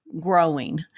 growing